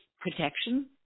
protection